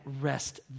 rest